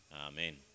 Amen